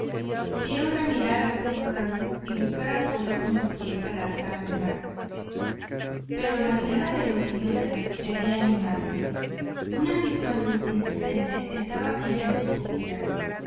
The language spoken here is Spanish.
tirantes viéronla mirar a todos lados y buscar apoyo con el pie para alzarse más pero la mirada de los idiotas se había animado una misma luz insistente estaba fija en sus pupilas